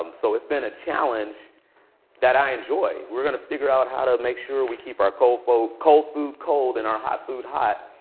um so it's been a challenge that i enjoy. we're going to figure out how to make sure we keep our cold food cold food cold and our hot food hot.